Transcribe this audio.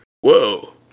Whoa